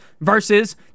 versus